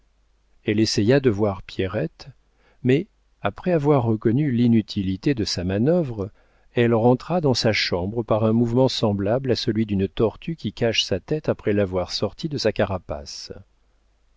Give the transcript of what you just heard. elle essaya de voir pierrette mais après avoir reconnu l'inutilité de sa manœuvre elle rentra dans sa chambre par un mouvement semblable à celui d'une tortue qui cache sa tête après l'avoir sortie de sa carapace